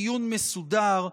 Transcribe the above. דיון מסודר,